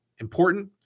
important